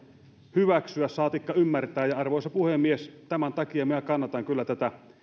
hyväksyä saatikka ymmärtää arvoisa puhemies tämän takia minä kannatan kyllä tätä